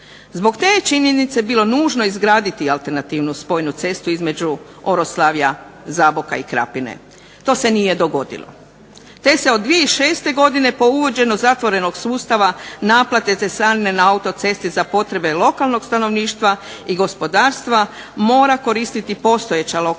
Zbog te je činjenice bilo nužno izraditi alternativnu spojnu cestu između Oroslavja, Zaboka i Krapine. To se nije dogodilo. Te se od 2006. godine po uvođenju zatvorenog sustava naplate cestarine na autocesti za potrebe lokalnog stanovništva i gospodarstva mora koristiti postojeća lokalna